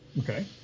Okay